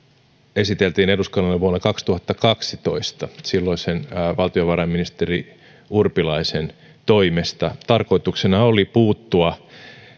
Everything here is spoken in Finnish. esiteltiin eduskunnalle vuonna kaksituhattakaksitoista silloisen valtiovarainministeri urpilaisen toimesta tarkoituksena oli puuttua